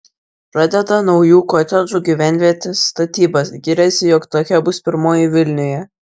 pradeda naujų kotedžų gyvenvietės statybas giriasi jog tokia bus pirmoji vilniuje